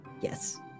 Yes